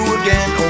again